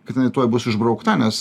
kad jinai tuoj bus išbraukta nes